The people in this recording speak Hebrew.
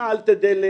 נעל את הדלת,